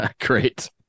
Great